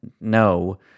no